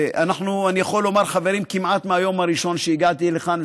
אני יכול לומר שאנחנו חברים כמעט מהיום הראשון שהגעתי לכאן,